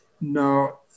now